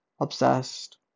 Obsessed